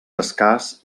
escàs